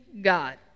God